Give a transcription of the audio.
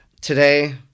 Today